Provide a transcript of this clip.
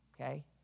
okay